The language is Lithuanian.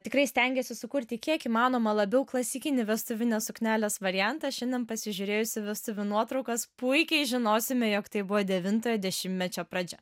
tikrai stengėsi sukurti kiek įmanoma labiau klasikinį vestuvinės suknelės variantą šiandien pasižiūrėjus į vestuvių nuotraukas puikiai žinosime jog tai buvo devintojo dešimtmečio pradžia